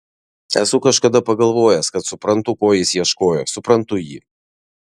esu kažkada pagalvojęs kad suprantu ko jis ieškojo suprantu jį